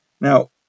Now